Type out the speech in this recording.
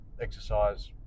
exercise